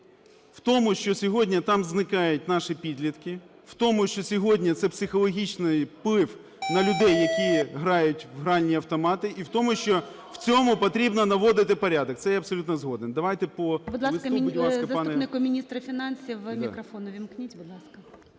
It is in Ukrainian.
в тому, що сьогодні там зникають наші підлітки, в тому, що сьогодні це психологічний вплив на людей, які грають в гральні автомати, і в тому, що в цьому потрібно наводити порядок. Це я абсолютно згоден.